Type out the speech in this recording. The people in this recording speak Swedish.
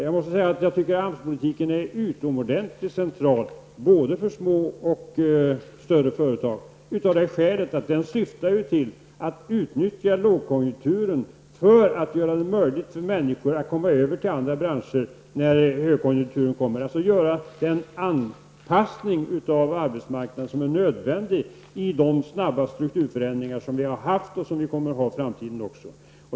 Jag anser att AMS-politiken är utomordentligt central både för små och för större företag av det skälet att den syftar till att utnyttja lågkonjunkturen till att göra det möjligt för människor att gå över till andra branscher när högkonjunkturen kommer, dvs. göra den anpassning av arbetsmarknaden som är nödvändig med de snabba strukturförändringar som vi har haft och som vi också kommer att ha i framtiden.